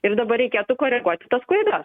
ir dabar reikėtų koreguoti tas klaidas